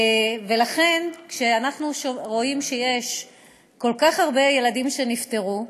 ולכן כשאנחנו רואים שיש כל כך הרבה ילדים שנפטרו,